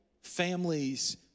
families